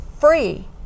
free